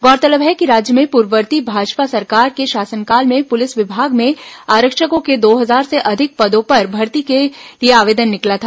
गौरतलब है कि राज्य में पूर्ववर्ती भाजपा सरकार के शासनकाल में पुलिस विभाग में आरक्षकों के दो हजार से अधिक पदों पर भर्ती के लिए आवेदन निकला था